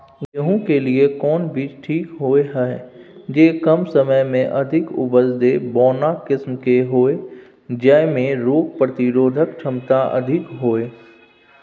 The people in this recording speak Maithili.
गेहूं के लिए कोन बीज ठीक होय हय, जे कम समय मे अधिक उपज दे, बौना किस्म के होय, जैमे रोग प्रतिरोधक क्षमता अधिक होय?